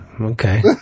okay